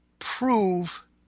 prove